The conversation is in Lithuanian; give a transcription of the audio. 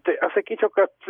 tai aš atsakyčiau kad